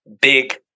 Big